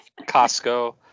Costco